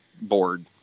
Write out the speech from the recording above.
board